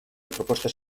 propostes